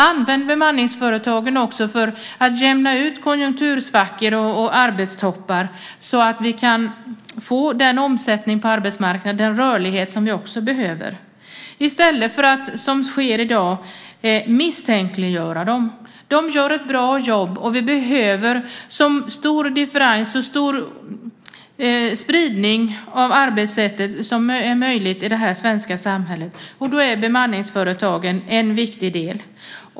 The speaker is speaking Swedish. Använd också bemanningsföretagen för att jämna ut konjunktursvackor och arbetstoppar så att vi kan få den omsättning på arbetsmarknaden och den rörlighet som vi också behöver, i stället för att, som sker i dag, misstänkliggöra dem! De gör ett bra jobb, och vi behöver en så stor differens och en så stor spridning av arbetssätt som är möjligt i det svenska samhället. Då är bemanningsföretagen en viktig del.